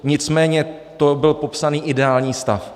Nicméně, to byl popsán ideální stav.